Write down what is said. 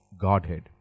Godhead